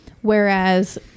Whereas